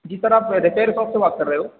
जी sir आप repair shop से बात कर रहे हो